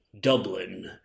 Dublin